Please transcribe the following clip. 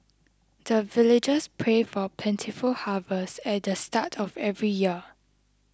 the villagers pray for plentiful harvest at the start of every year